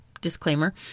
disclaimer